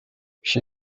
she